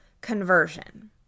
conversion